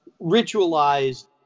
ritualized